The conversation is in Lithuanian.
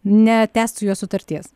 netęst su juo sutarties